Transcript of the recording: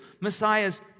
Messiah's